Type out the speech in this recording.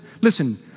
listen